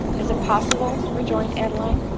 is it possible, rejoined adeline,